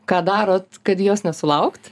ką darot kad jos nesulaukt